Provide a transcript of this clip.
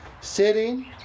sitting